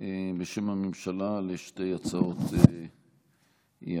בשם הממשלה על שתי הצעות האי-אמון.